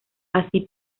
así